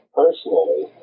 personally